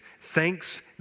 Thanks